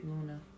Luna